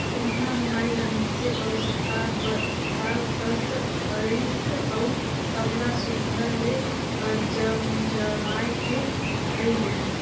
corona बिमारी हर मइनसे अउ सरकार बर काल कस अइस अउ सब ला सुग्घर ले जमजमाए के धइर लेहिस